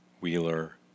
Wheeler